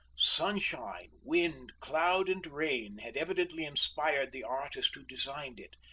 sunshine, wind, cloud and rain had evidently inspired the artist who designed it,